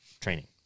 training